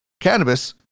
cannabis